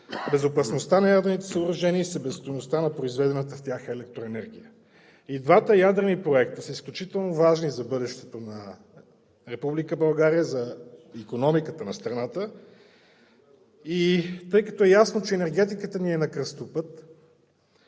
безопасността на ядрените съоръжения и себестойността на произведената в тях електроенергия. И двата ядрени проекта са изключително важни за бъдещето на Република България и за икономиката на страната. Тъй като е ясно, че енергетиката ни е на кръстопът,